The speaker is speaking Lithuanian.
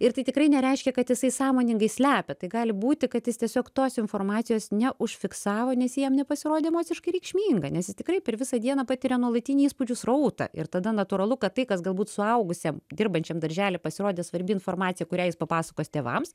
ir tai tikrai nereiškia kad jisai sąmoningai slepia tai gali būti kad jis tiesiog tos informacijos neužfiksavo nes ji jam nepasirodė emociškai reikšminga nes jis tikrai per visą dieną patiria nuolatinį įspūdžių srautą ir tada natūralu kad tai kas galbūt suaugusiam dirbančiam daržely pasirodė svarbi informacija kurią jis papasakos tėvams